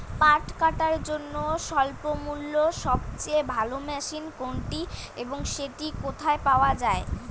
পাট কাটার জন্য স্বল্পমূল্যে সবচেয়ে ভালো মেশিন কোনটি এবং সেটি কোথায় পাওয়া য়ায়?